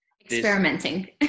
Experimenting